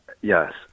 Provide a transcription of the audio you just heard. yes